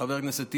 חבר הכנסת טיבי,